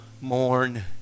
Mourn